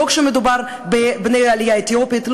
לא כשמדובר בבני העלייה האתיופית,